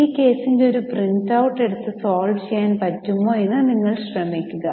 ഈ കേസിന്റെ ഒരു പ്രിന്റൌട്ട് എടുത്ത് സോൾവ് ചെയ്യാൻ പറ്റുമോ എന്ന് നിങ്ങൾ ശ്രമിക്കുക